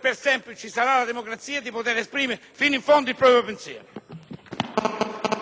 per sempre - ci sarà la democrazia, di poter esprimere fino in fondo il proprio pensiero.